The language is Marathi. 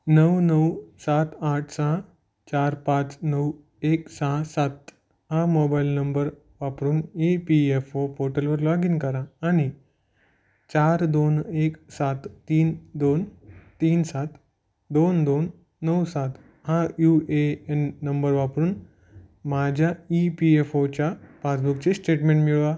नऊ नऊ सात आठ सहा चार पाच नऊ एक सहा सात हा मोबाईल नंबर वापरून ई पी एफ ओ पोर्टलवर लॉग इन करा आणि चार दोन एक सात तीन दोन तीन सात दोन दोन नऊ सात हा यू ए एन नंबर वापरून माझ्या ई पी एफ ओच्या पासबुकचे स्टेटमेंट मिळवा